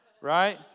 Right